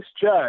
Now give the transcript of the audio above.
judge